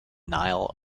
nile